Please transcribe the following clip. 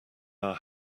our